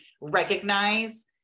recognize